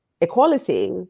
equality